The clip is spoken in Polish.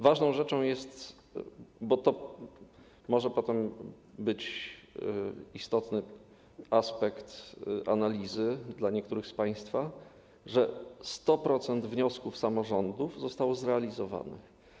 Ważną rzeczą jest, bo to może potem być istotny aspekt analizy dla niektórych z państwa, że 100% wniosków samorządów zostało zrealizowanych.